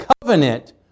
covenant